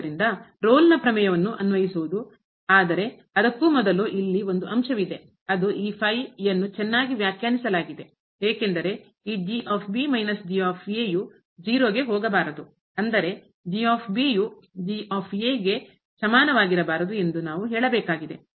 ಆದ್ದರಿಂದ ರೋಲ್ನ ಪ್ರಮೇಯವನ್ನು ಅನ್ವಯಿಸುವುದು ಆದರೆ ಅದಕ್ಕೂ ಮೊದಲು ಇಲ್ಲಿ ಒಂದು ಅಂಶವಿದೆ ಅದು ಈ ಯನ್ನು ಚೆನ್ನಾಗಿ ವ್ಯಾಖ್ಯಾನಿಸಲಾಗಿದೆ ಏಕೆಂದರೆ ಈ ಯು 0 ಗೆ ಹೋಗಬಾರದು ಅಂದರೆ ಗೆ ಸಮಾನವಾಗಿರಬಾರದು ಎಂದು ನಾವು ಹೇಳಬೇಕಾಗಿದೆ